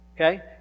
okay